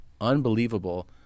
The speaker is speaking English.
unbelievable